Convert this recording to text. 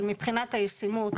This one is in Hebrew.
אבל מבחינת הישימות